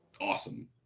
Awesome